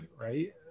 right